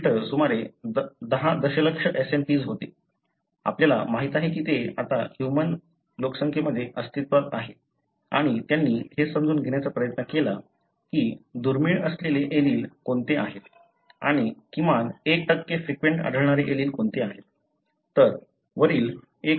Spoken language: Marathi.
उद्दिष्ट सुमारे 10 दशलक्ष SNPs होते आपल्याला माहित आहे की ते आता ह्यूमन लोकसंख्येमध्ये अस्तित्वात आहे आणि त्यांनी हे समजून घेण्याचा प्रयत्न केला की दुर्मिळ असलेले एलील कोणते आहेत आणि किमान 1 फ्रिक्वेंट आढळणारे एलील कोणते आहेत